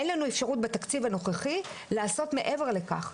אין לנו אפשרות בתקציב הנוכחי לעשות מעבר לכך.